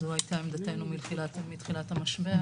זו הייתה עמדתנו מתחילת המשבר,